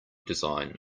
design